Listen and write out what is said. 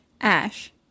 Ash